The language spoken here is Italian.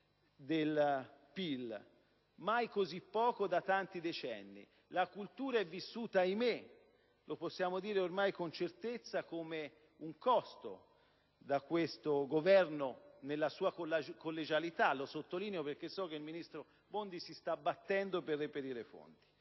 del PIL. Mai così poco da tanti decenni. La cultura è vissuta - ahimè, ormai possiamo dirlo con certezza - come un costo da questo Governo nella sua collegialità, e lo sottolineo perché so che il ministro Bondi si sta battendo per reperire fondi.